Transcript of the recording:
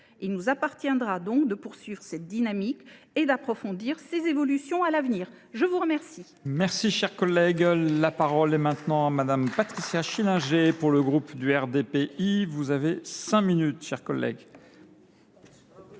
Il nous appartiendra de poursuivre cette dynamique et d’approfondir ces évolutions à l’avenir. La parole